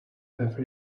have